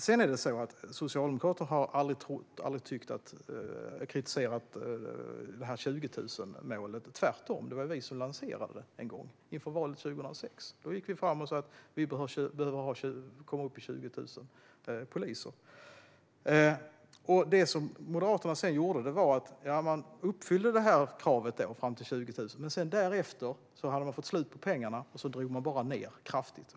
Sedan har socialdemokrater aldrig kritiserat målet om 20 000 - tvärtom, för det var ju vi som lanserade det en gång inför valet 2006. Då sa vi att vi behövde komma upp i 20 000 poliser. Det som Moderaterna sedan gjorde var att man uppfyllde kravet upp till 20 000 poliser, men sedan fick man slut på pengar, och då drog man ned kraftigt.